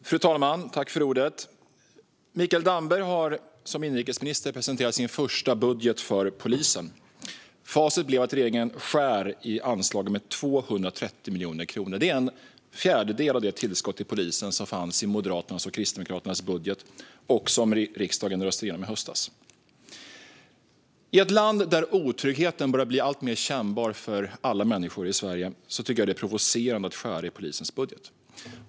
Fru talman! Mikael Damberg har som inrikesminister presenterat sin första budget för polisen. Facit blev att regeringen skär i anslagen med 230 miljoner kronor. Det är en fjärdedel av det tillskott till polisen som fanns i Moderaternas och Kristdemokraternas budget och som riksdagen röstade igenom i höstas. I ett land där otryggheten börjar bli alltmer kännbar för alla människor tycker jag att det är provocerande att skära i polisens budget.